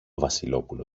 βασιλόπουλο